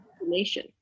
information